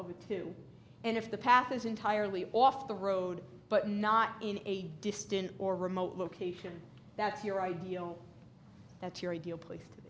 a two and if the path is entirely off the road but not in a distant or remote location that's your ideal that's your ideal place to